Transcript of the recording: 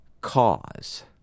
cause